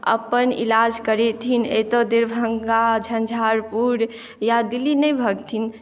अपन इलाज करैथिन एतऽ दरभङ्गा झंझारपुर या दिल्ली नहि भगथिन